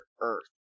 earth